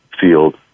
field